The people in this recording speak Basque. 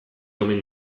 omen